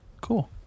Cool